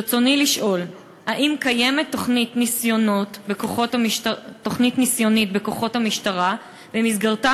ברצוני לשאול: האם קיימת תוכנית ניסיונית בכוחות המשטרה שבמסגרתה